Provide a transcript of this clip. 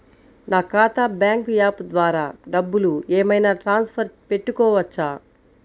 నా ఖాతా bank app ద్వారా డబ్బులు ఏమైనా ట్రాన్స్ఫర్ పెట్టుకోవచ్చా?